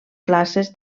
classes